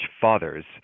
Fathers